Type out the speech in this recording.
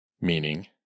meaning